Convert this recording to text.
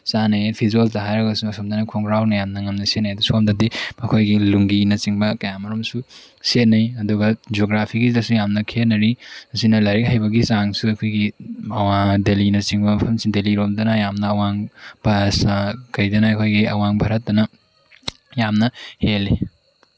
ꯆꯥꯅꯩ ꯐꯤꯖꯣꯜꯗ ꯍꯥꯏꯔꯒꯁꯨ ꯑꯁꯣꯝꯗꯅ ꯈꯣꯡꯒ꯭ꯔꯥꯎꯅ ꯌꯥꯝꯅ ꯅꯝꯅ ꯁꯦꯠꯅꯩ ꯑꯗꯨ ꯁꯣꯝꯗꯗꯤ ꯃꯈꯣꯏꯒꯤ ꯂꯨꯡꯒꯤꯅꯆꯤꯡꯕ ꯀꯌꯥ ꯑꯃꯔꯣꯝꯁꯨ ꯁꯦꯠꯅꯩ ꯑꯗꯨꯒ ꯖꯣꯒ꯭ꯔꯥꯐꯤꯒꯤꯗꯁꯨ ꯌꯥꯝꯅ ꯈꯦꯠꯅꯔꯤ ꯑꯁꯤꯅ ꯂꯥꯏꯔꯤꯛ ꯍꯩꯕꯒꯤ ꯆꯥꯡꯁꯨ ꯑꯩꯈꯣꯏꯒꯤ ꯗꯦꯜꯂꯤꯅꯆꯤꯡꯕ ꯃꯐꯝꯁꯤꯡ ꯗꯦꯜꯂꯤ ꯂꯣꯝꯗꯅ ꯌꯥꯝꯅ ꯑꯋꯥꯡ ꯀꯩꯗꯅ ꯑꯩꯈꯣꯏꯒꯤ ꯑꯋꯥꯡ ꯚꯥꯔꯠꯇꯅ ꯌꯥꯝꯅ ꯍꯦꯜꯂꯤ